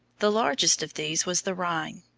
the largest of these was the rhine.